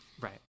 Right